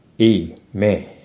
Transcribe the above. Amen